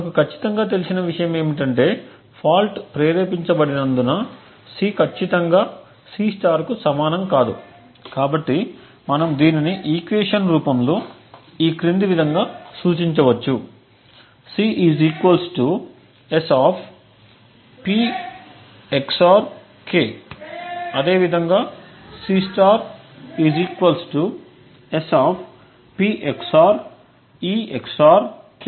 మనకు ఖచ్చితంగా తెలిసిన విషయం ఏమిటంటే ఫాల్ట్ ప్రేరేపించబడినందున C ఖచ్చితంగా C కు సమానం కాదు కాబట్టి మనం దీనిని ఈక్వేషన్ రూపంలో ఈ క్రింది విధంగా సూచించవచ్చు C S P XOR k అదేవిధంగా C S P XOR e XOR k